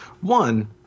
One